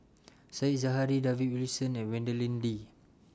Said Zahari David Wilson and Madeleine Lee